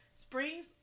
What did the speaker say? Springs